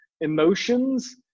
emotions